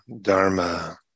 Dharma